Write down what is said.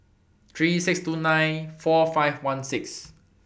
three thousand six hundred and twenty nine four thousand five hundred and sixteen